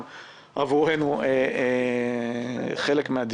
חבר הכנסת